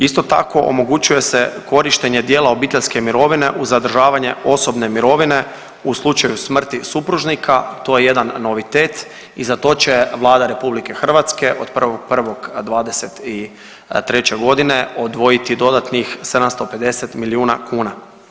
Isto tako omogućuje se korištenje dijela obiteljske mirovine uz zadržavanje osobne mirovine u slučaju smrti supružnika, to je jedan novitet i za to će Vlada RH od 1.1.2023.g. dodatno odvojiti 750 milijuna kuna.